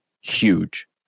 huge